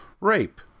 Rape